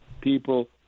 people